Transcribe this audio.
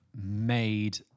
made